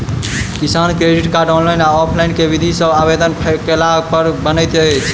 किसान credit card, online या offline केँ विधि सँ आवेदन कैला पर बनैत अछि?